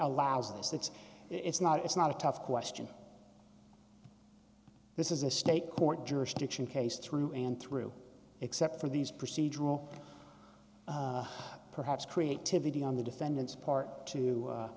allows us that's it's not it's not a tough question this is a state court jurisdiction case through and through except for these procedural perhaps creativity on the defendant's part to